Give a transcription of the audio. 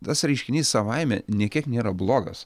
tas reiškinys savaime nė kiek nėra blogas